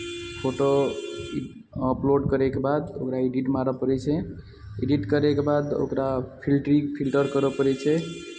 photo upload करैके बाद ओकरा एडिट मारय पड़ै छै एडिट करैके बाद ओकरा फिल्टरी फिलटर करय पड़ै छै